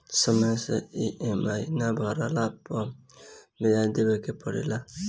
समय से इ.एम.आई ना भरला पअ बियाज देवे के पड़ेला